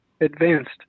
advanced